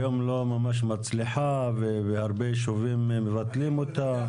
היום היא לא ממש מצליחה והרבה יישובים מבטלים אותה.